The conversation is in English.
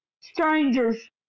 strangers